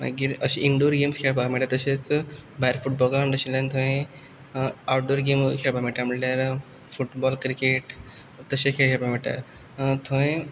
मागीर अशें indoor games खेळपाक मेळटात तशेंच भायर फुटबॉल ग्रावंड आशिल्ल्यान थंय आवटडोर गॅमूय खेळपाक मेळटा म्हणल्यार फुटबॉल क्रिकेट तशे खेळ खेळपाक मेळटा थंय